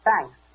Thanks